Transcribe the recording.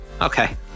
okay